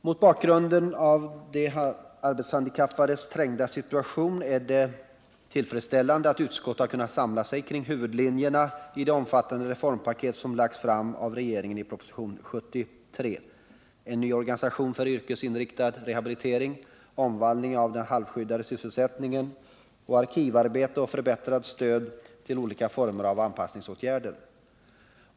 Mot bakgrund av de arbetshandikappades trängda situation är det tillfredsställande att utskottet har kunnat samla sig kring huvudlinjerna i det omfattande reformpaket som har lagts fram av regeringen i propositionen 73: en ny organisation för den yrkesinriktade rehabiliteringen, omvandlingen av den halvskyddade sysselsättningen och arkivarbetet samt förbättrat stöd till olika former av anpassningsåtgärder.